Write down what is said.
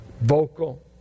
vocal